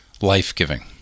life-giving